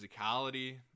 physicality